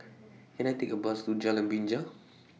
Can I Take A Bus to Jalan Binja